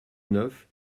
neuf